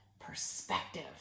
perspective